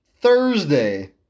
Thursday